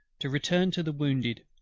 to return to the wounded,